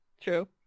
True